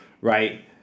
right